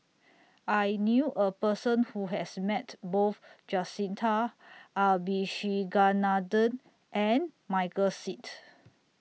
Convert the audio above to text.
I knew A Person Who has Met Both Jacintha Abisheganaden and Michael Seet